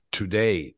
today